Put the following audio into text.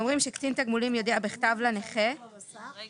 (ג) קצין התגמולים יודיע בכתב לנכה לפני